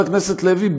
חבר הכנסת לוי,